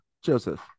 Joseph